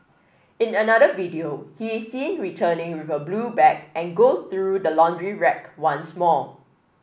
in another video he is seen returning with a blue bag and goes through the laundry rack once more